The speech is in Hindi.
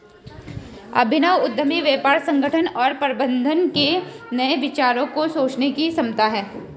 अभिनव उद्यमी व्यापार संगठन और प्रबंधन के नए विचारों को सोचने की क्षमता है